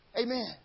Amen